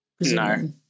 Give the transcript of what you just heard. No